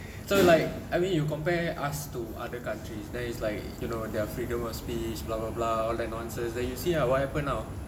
so like I mean if you compare us to other countries there is like you know their freedom of speech blah blah blah all that nonsense then you see lah what happened now